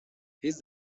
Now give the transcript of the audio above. his